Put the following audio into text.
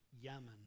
yemen